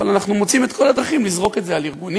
אבל אנחנו מוצאים את כל הדרכים לזרוק את זה על ארגונים,